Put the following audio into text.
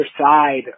side